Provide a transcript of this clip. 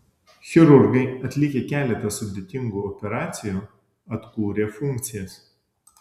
chirurgai atlikę keletą sudėtingų operacijų atkūrė funkcijas